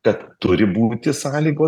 kad turi būti sąlygos